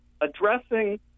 addressing